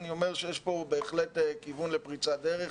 אני אומר שיש כאן בהחלט כיוון לפריצת דרך.